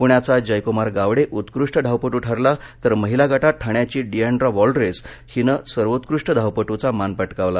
पूण्याचा जयकूमार गावडे उत्कृष्ट धावपटू ठरला तर महिला गटात ठाण्याची डिएन्ड्रा वॉल्ड्रेस हिनं सर्वात्कृष्ट धावपट्चा मान पटकावला